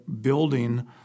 building